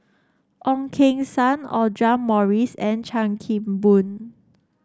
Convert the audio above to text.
Ong Keng Sen Audra Morrice and Chan Kim Boon